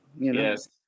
Yes